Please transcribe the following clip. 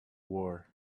war